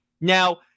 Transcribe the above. Now